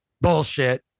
bullshit